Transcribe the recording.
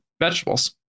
vegetables